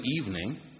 evening